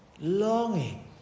longing